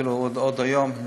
אפילו עוד היום,